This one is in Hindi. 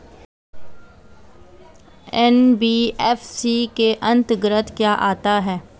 एन.बी.एफ.सी के अंतर्गत क्या आता है?